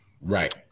Right